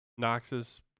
Noxus